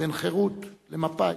בין חרות למפא"י.